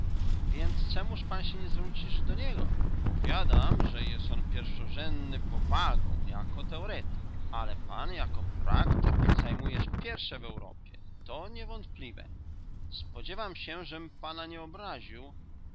więc czemuż pan nie zwrócisz się do niego powiadam że jest on pierwszorzędny powagą jako teoretyk ale pan jako praktyk zajmujesz pierwsze w europie to niewątpliwe spodziewam się żem pana nie obraził